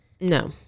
no